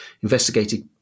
investigated